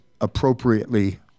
appropriately